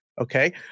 Okay